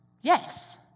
Yes